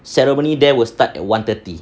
ceremony there will start at one thirty